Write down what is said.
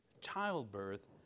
childbirth